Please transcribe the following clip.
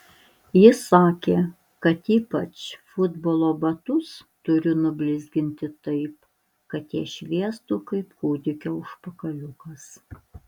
jis sakė kad ypač futbolo batus turiu nublizginti taip kad jie šviestų kaip kūdikio užpakaliukas